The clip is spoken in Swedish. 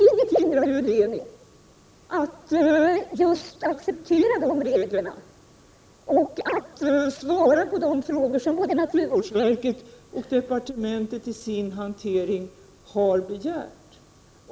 Inget hindrar ju Lemi att just acceptera de reglerna och att svara på de frågor som både naturvårdsverket och departementet vid hanteringen av frågan har ställt.